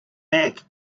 back